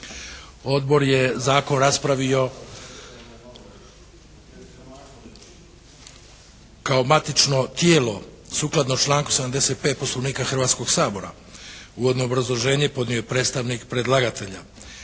Odbor je zakon raspravio kao matično tijelo sukladno članku 75. Poslovnika Hrvatskoga sabora. Uvodno obrazloženje podnio je predstavnik predlagatelja.